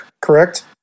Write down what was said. correct